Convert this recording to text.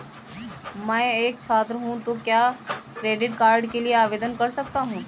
मैं एक छात्र हूँ तो क्या क्रेडिट कार्ड के लिए आवेदन कर सकता हूँ?